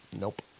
Nope